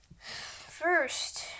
first